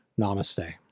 Namaste